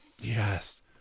yes